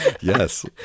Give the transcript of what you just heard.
Yes